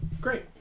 Great